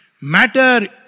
Matter